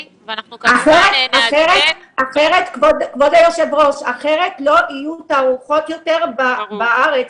אחרת לא יהיו יותר תערוכות בארץ.